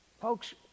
folks